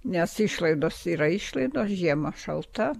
nes išlaidos yra išlaidos žiema šalta